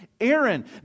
Aaron